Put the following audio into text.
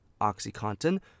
Oxycontin